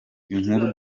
inkuru